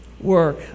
work